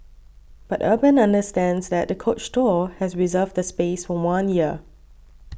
but Urban understands that the Coach store has reserved the space for one year